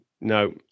No